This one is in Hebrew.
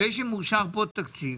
אחרי שמאושר פה תקציב,